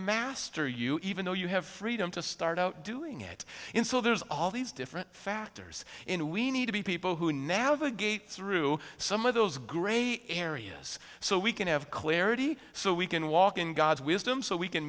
master you even though you have freedom to start out doing it in so there's all these different factors in we need to be people who navigate through some of those gray areas so we can have clarity so we can walk in god's wisdom so we can